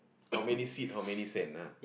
how many seed how many sand ah